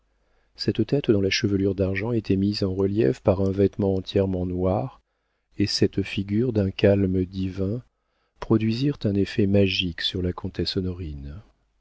cette tête dont la chevelure d'argent était mise en relief par un vêtement entièrement noir et cette figure d'un calme divin produisirent un effet magique sur la comtesse